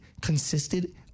consisted